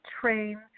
train